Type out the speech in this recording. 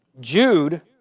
Jude